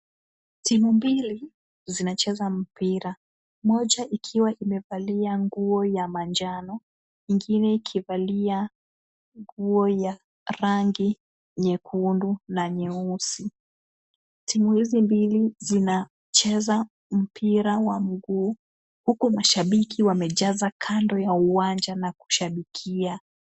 Timu mbili zinacheza mpira, moja ikiwa imevalia nguo ya manjano, ingine ikivalia nguo ya rangi nyekundu na nyeusi. Timu hizi mbili zinacheza mpira wa mguu huku mashabiki wamejaza kando ya uwanja na kushabikia.